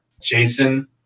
Jason